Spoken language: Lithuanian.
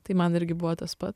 tai man irgi buvo tas pats